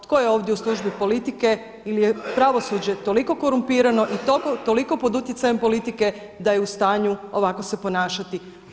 Tko je ovdje u službi politike ili je pravosuđe toliko korumpirano i toliko pod utjecajem politike da je u stanju ovako se ponašati?